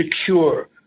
secure